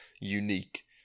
unique